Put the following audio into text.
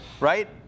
right